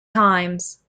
times